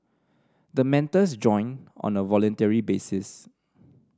the mentors join on a voluntary basis